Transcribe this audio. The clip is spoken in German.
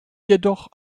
jedoch